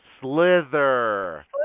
Slither